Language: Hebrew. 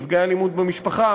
נפגעי אלימות במשפחה,